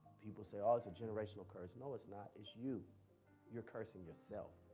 people say, oh, it's a generational curse. no, it's not. it's you you're cursing yourself.